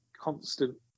constant